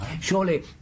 Surely